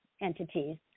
entities